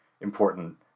important